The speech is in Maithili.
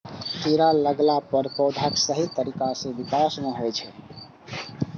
कीड़ा लगला पर पौधाक सही तरीका सं विकास नै होइ छै